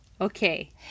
okay